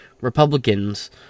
Republicans